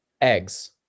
Eggs